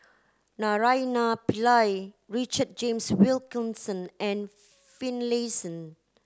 Naraina Pillai Richard James Wilkinson and Finlayson